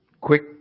Quick